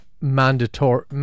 mandatory